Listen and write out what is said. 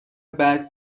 بعد